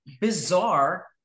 bizarre